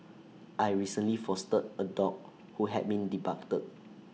I recently fostered A dog who had been debarked